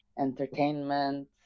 entertainment